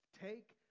Take